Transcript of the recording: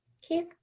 Keith